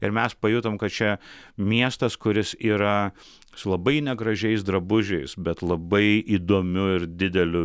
ir mes pajutom kad čia miestas kuris yra su labai negražiais drabužiais bet labai įdomiu ir dideliu